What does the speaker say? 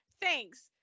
thanks